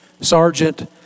sergeant